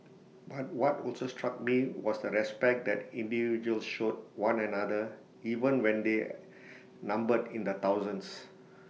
but what also struck me was the respect that individuals showed one another even when they numbered in the thousands